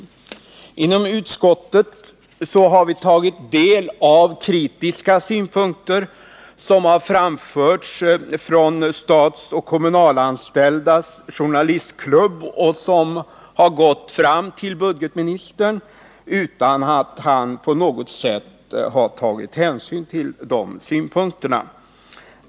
Vi har inom utskottet tagit del av de kritiska synpunkter som har framförts från Statsoch kommunalanställdas journalistklubb och som har delgivits budgetministern, utan att han på något sätt har tagit hänsyn till dem.